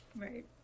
Right